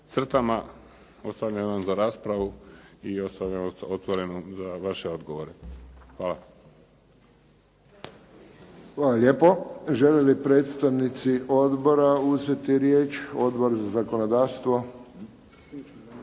crtama. Ostavljam vam za raspravu i ostajem otvoren za vaše odgovore. Hvala. **Friščić, Josip (HSS)** Hvala lijepo. Žele li predstavnici odbora uzeti riječ? Odbor za zakonodavstvo?